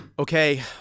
Okay